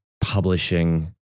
publishing